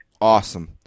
Awesome